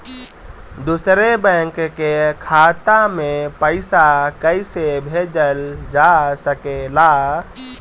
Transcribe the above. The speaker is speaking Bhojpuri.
दूसरे बैंक के खाता में पइसा कइसे भेजल जा सके ला?